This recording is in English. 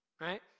right